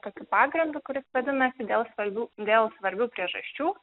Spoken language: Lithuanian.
tokiu pagrindu kuris vadinasi dėl svarbių dėl svarbių priežasčių